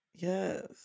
Yes